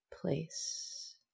place